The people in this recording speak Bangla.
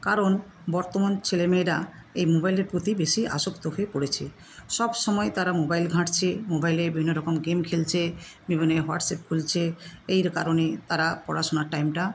কারণ বর্তমান ছেলেমেয়েরা এই মোবাইলের প্রতি বেশি আসক্ত হয়ে পড়েছে সবসময় তারা মোবাইল ঘাঁটছে মোবাইলে বিভিন্নরকম গেম খেলছে বিভিন্ন যে হোয়াটসঅ্যাপ খুলছে এই কারণে তারা পড়াশোনার টাইমটা